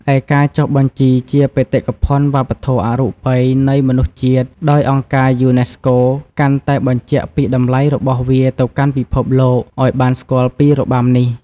ឯ ការចុះបញ្ជីជាបេតិកភណ្ឌវប្បធម៌អរូបីនៃមនុស្សជាតិដោយអង្គការយូណេស្កូ កាន់តែបញ្ជាក់ពីតម្លៃរបស់វាទៅកាន់ពិភពលោក ឲ្យបានស្គាល់ពីរបាំនេះ។